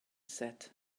said